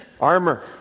Armor